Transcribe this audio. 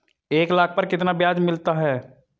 एक लाख पर कितना ब्याज मिलता है?